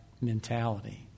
mentality